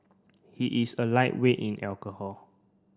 he is a lightweight in alcohol